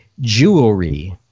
jewelry